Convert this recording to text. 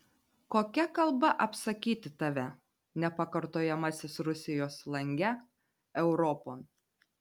kokia kalba apsakyti tave nepakartojamasis rusijos lange europon